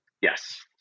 Yes